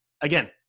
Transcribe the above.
again